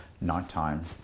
nighttime